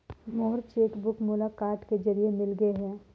मोर cheque book मोला डाक के जरिए मिलगे हे